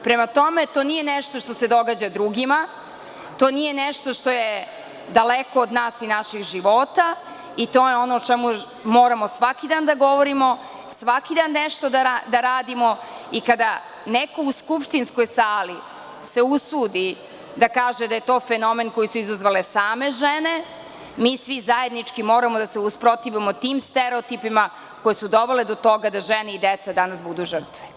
Prema tome, to nije nešto što se događa drugima, to nije nešto što je daleko od nas i naših života i to je o čemu moramo svaki dan da govorimo, svaki dan nešto da radimo i kada neko u skupštinskoj sali se usudi da kaže da je to fenomen koje su izazvale same žene mi svi zajednički moramo da se usprotivimo tim stereotipima koje su dovele do toga da žene i dece danas budu žrtve.